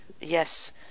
Yes